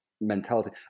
mentality